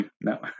no